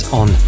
on